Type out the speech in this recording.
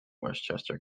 westchester